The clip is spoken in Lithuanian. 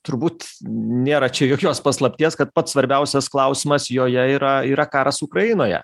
turbūt nėra čia jokios paslapties kad pats svarbiausias klausimas joje yra yra karas ukrainoje